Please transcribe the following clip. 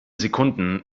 sekunden